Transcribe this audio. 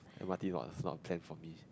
M_R_T not not planned for me